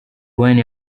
wayne